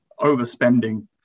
overspending